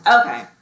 Okay